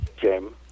Jim